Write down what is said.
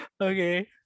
okay